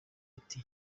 ati